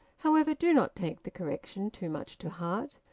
however, do not take the correction too much to heart.